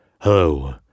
Hello